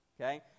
Okay